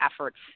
efforts